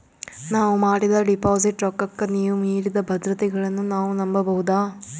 ನಾವು ಮಾಡಿದ ಡಿಪಾಜಿಟ್ ರೊಕ್ಕಕ್ಕ ನೀವು ನೀಡಿದ ಭದ್ರತೆಗಳನ್ನು ನಾವು ನಂಬಬಹುದಾ?